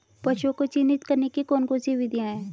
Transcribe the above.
पशुओं को चिन्हित करने की कौन कौन सी विधियां हैं?